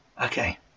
Okay